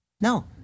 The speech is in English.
No